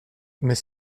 mais